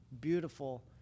beautiful